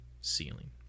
ceiling